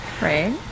Right